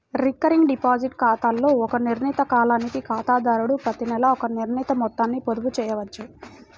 recurring deposit ఖాతాలో ఒక నిర్ణీత కాలానికి ఖాతాదారుడు ప్రతినెలా ఒక నిర్ణీత మొత్తాన్ని పొదుపు చేయవచ్చు